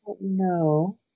No